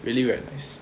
really very nice